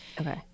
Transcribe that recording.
Okay